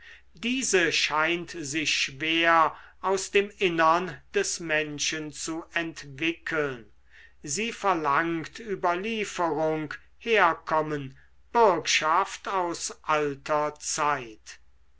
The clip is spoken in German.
diese scheint sich schwer aus dem innern des menschen zu entwickeln sie verlangt überlieferung herkommen bürgschaft aus uralter zeit